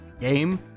game